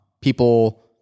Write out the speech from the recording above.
people